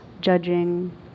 judging